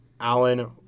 Allen